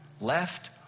left